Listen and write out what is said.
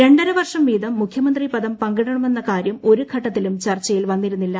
രണ്ടര വർഷം വീതം മുഖ്യമന്ത്രി പദം പങ്കിടണമെന്ന കാര്യം ഒരു ഘട്ടത്തിലും ചർച്ചയിൽ വന്നിരുന്നില്ല